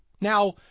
now